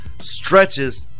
Stretches